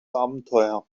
abenteuer